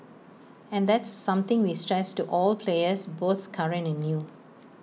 and that's something we stress to all players both current and new